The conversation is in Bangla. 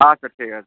আচ্ছা ঠিক আছে